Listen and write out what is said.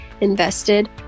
invested